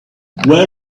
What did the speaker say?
where